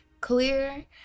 clear